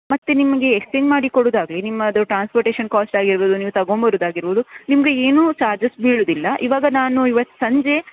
ಮತ್ತು ನಿಮಗೆ ಎಕ್ಸ್ಚೇಂಜ್ ಮಾಡಿ ಕೊಡುವುದಾದರೆ ನಿಮ್ಮದು ಟ್ರಾನ್ಸ್ಪೋರ್ಟೇಶನ್ ಕಾಸ್ಟ್ ಆಗಿರಬಹುದು ನೀವು ತಗೊಂಬರುದಾಗಿರ್ಬಹುದು ನಿಮಗೆ ಏನೂ ಚಾರ್ಜಸ್ ಬೀಳುವುದಿಲ್ಲ ಈವಾಗ ನಾನು ಇವತ್ತು ಸಂಜೆ